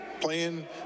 playing